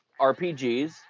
RPGs